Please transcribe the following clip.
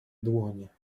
dłonie